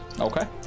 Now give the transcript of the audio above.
Okay